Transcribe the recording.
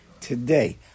today